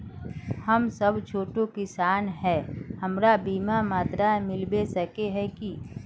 हम सब छोटो किसान है हमरा बिमा पात्र मिलबे सके है की?